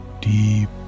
deep